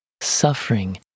suffering